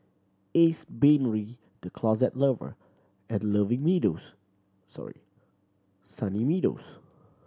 Ace Brainery The Closet Lover and Loving Meadows Sorry Sunny Meadows